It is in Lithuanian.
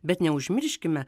bet neužmirškime